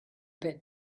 bit